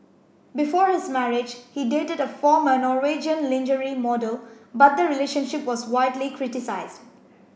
before his marriage he dated a former Norwegian lingerie model but the relationship was widely criticised